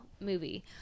movie